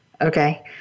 Okay